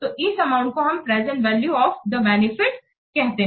तो इस अमाउंट को हम present value of the benefit कहते हैं